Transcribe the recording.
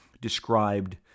described